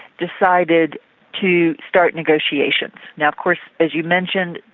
decided to start negotiations. yeah of course, as you mentioned,